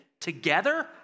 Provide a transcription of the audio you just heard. together